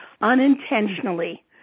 unintentionally